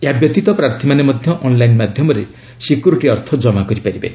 ଏହାବ୍ୟତୀତ ପ୍ରାର୍ଥୀମାନେ ମଧ୍ୟ ଅନ୍ଲାଇନ୍ ମାଧ୍ୟମରେ ସିକ୍ୟୁରିଟି ଅର୍ଥ କମା କରିପାରିବେ